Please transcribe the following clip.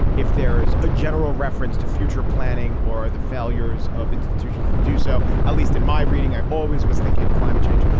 if there is a general reference to future planning or the failures of institutions to do so, at least in my reading, i always was thinking of climate change.